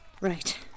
Right